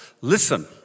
Listen